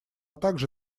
также